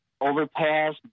overpass